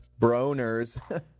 Broners